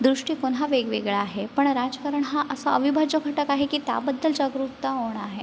दृष्टिकोन हा वेगवेगळा आहे पण राजकारण हा असा अविभाज्य घटक आहे की त्याबद्दल जागरूकता होणं आहे